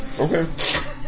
Okay